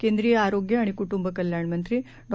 केंद्रीय आरोग्य आणि कूटूंब कल्याण मंत्री डॉ